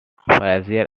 frazier